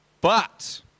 But